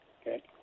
okay